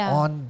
on